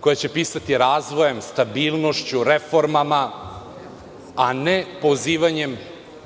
koja će pisati razvojem, stabilnošću, reformama, a ne pozivanjem